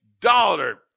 daughter